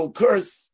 curse